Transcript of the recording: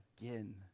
again